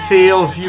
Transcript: Sales